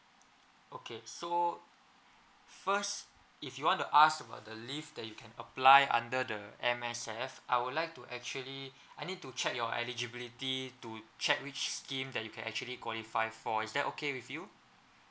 okay so first if you want to ask about the leave that you can apply under the M_S_F I would like to actually I need to check your eligibility to check which scheme that you can actually qualify for is that okay with you